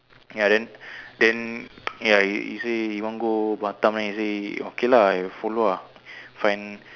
ya then then ya he say he want go Batam than he say okay lah I follow ah find